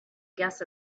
guess